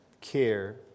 care